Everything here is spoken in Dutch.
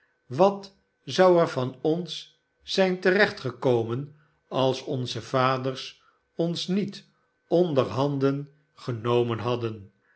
wat zou er van ons zijn te recht gekomen als onze vaders ons met onder handen genomen hadden